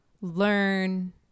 learn